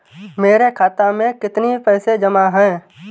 मेरे खाता में कितनी पैसे जमा हैं?